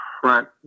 front